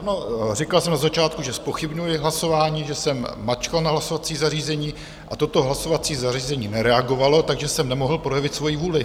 Ano, říkal jsem na začátku, že zpochybňuji hlasování, že jsem mačkal na hlasovací zařízení, a toto hlasovací zařízení nereagovalo, takže jsem nemohl projevit svoji vůli.